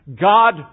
God